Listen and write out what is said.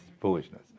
foolishness